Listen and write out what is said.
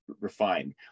refined